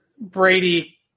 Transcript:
Brady